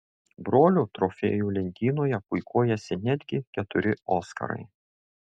brolių trofėjų lentynoje puikuojasi netgi keturi oskarai